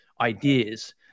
ideas